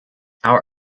our